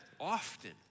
often